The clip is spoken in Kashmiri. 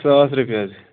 ساس رۄپیہِ حظ